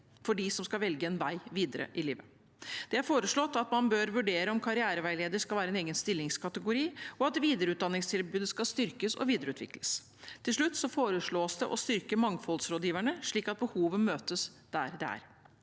– de som skal velge en vei videre i livet. Det er foreslått at man bør vurdere om «karriereveileder» skal være en egen stillingskategori, og at videreutdanningstilbudet skal styrkes og videreutvikles. Til slutt foreslås det å styrke mangfoldsrådgiverne, slik at behovet møtes der det er.